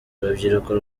urubyiruko